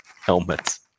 helmets